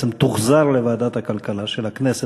בעצם יוחזר לוועדת הכלכלה של הכנסת.